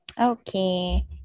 Okay